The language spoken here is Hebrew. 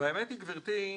האמת, גברתי,